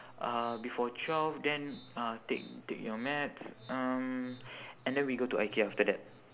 uh before twelve then uh take take your meds um and then we go to ikea after that